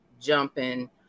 jumping